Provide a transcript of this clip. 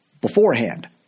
beforehand